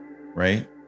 right